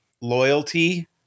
loyalty